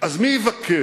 אז מי יבקר?